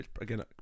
Again